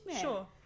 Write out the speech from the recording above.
Sure